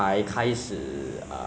like as if